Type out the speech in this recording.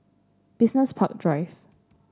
Business Park Drive